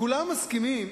כולם מסכימים